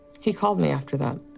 he called me after that,